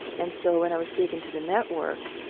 and so when i was taken to the network,